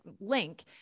link